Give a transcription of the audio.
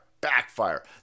backfire